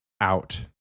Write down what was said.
out